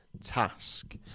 task